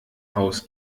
haus